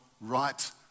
right